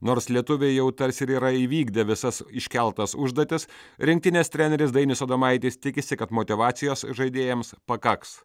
nors lietuviai jau tarsi ir yra įvykdę visas iškeltas užduotis rinktinės treneris dainius adomaitis tikisi kad motyvacijos žaidėjams pakaks